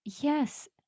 Yes